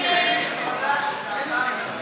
ההצעה